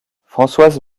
françoise